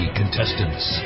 contestants